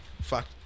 fuck